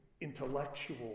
intellectual